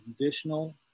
additional